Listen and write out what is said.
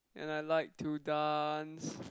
and I like to dance